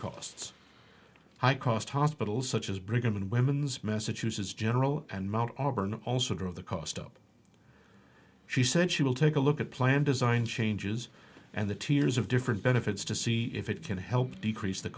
costs high cost hospitals such as brigham and women's message uses general and mount auburn also drove the cost up she said she will take a look at plan design changes and the tears of different benefits to see if it can help decrease the